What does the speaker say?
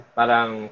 parang